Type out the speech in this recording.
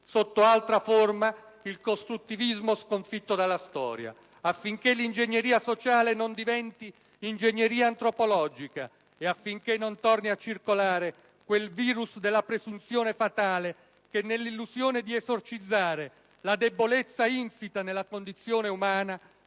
sotto altra forma il costruttivismo sconfitto dalla storia, affinché l'ingegneria sociale non diventi ingegneria antropologica e non torni a circolare quel *virus* della presunzione fatale che, nell'illusione di esorcizzare la debolezza insita nella condizione umana,